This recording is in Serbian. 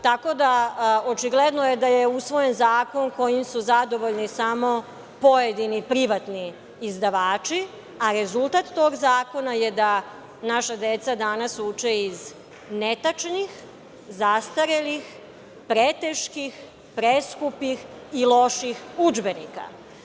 Tako da očigledno je da je usvojen zakon kojim su zadovoljni samo pojedini privatni izdavači, a rezultat tog zakona je da naša deca uče iz netačnih, zastarelih, preteških, preskupih i loših udžbenika.